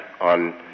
on